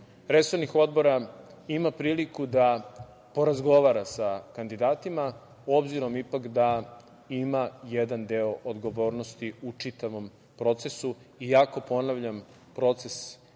resornih odbora ima priliku da porazgovara sa kandidatima, obzirom ipak da ima jedan deo odgovornosti u čitavom procesu, iako, ponavljam, proces